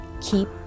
Keep